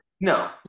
no